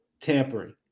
tampering